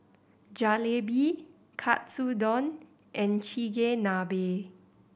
Jalebi Katsudon and Chigenabe